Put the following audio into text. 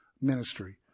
ministry